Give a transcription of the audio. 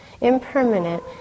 impermanent